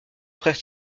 frère